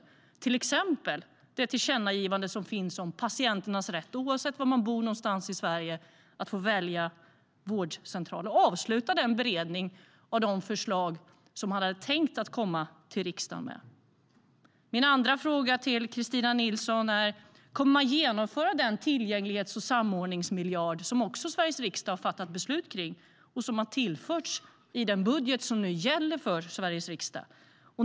Det gäller till exempel det tillkännagivande som finns om patienternas rätt. Oavsett var man bor i Sverige ska man kunna välja vårdcentral. Avsluta då den beredning av de förslag som man hade tänkt komma med till riksdagen! Min andra fråga till Kristina Nilsson är: Kommer ni att genomföra den tillgänglighets och samordningsmiljard som Sveriges riksdag också har fattat beslut om och som har tillförts i den budget som nu gäller?